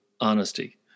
honesty